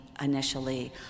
initially